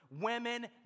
women